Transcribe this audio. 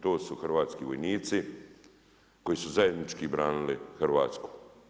To su hrvatski vojnici koji su zajednički branili Hrvatsku.